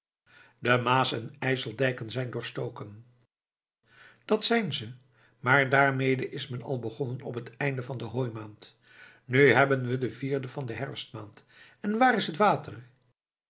de maas en ijseldijken zijn doorgestoken dat zijn ze maar daarmede is men al begonnen op het einde van hooimaand nu hebben we den vierden van herfstmaand en waar is het water